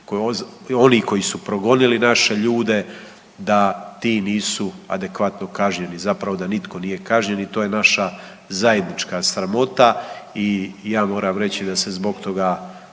oni koji su progonili naše ljude da ti nisu adekvatno kažnjeni, zapravo da nitko nije kažnjen i to je naša zajednička sramota i ja moram reć da se zbog toga